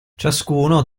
ciascuno